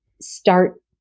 start